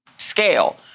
scale